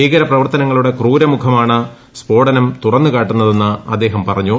ഭീകരപ്രവർത്തനങ്ങളുടെ ക്രൂരമുഖമാണ് സ്ഫോടനം തുറന്നു കാട്ടുന്നതെന്ന് അദ്ദേഹം പറഞ്ഞു